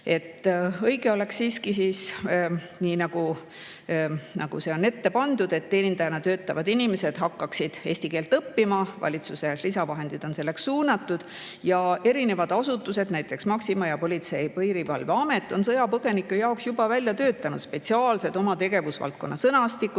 Õige oleks siiski nii, nagu on ette pandud, et teenindajana töötavad inimesed hakkaksid eesti keelt õppima. Valitsus on selleks lisavahendeid suunanud. Erinevad asutused, näiteks Maxima ja Politsei‑ ja Piirivalveamet, on sõjapõgenike jaoks juba välja töötanud spetsiaalsed oma tegevusvaldkonna sõnastikud.